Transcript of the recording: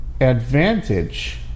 advantage